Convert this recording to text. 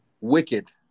Wicked